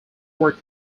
work